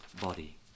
body